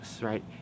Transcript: right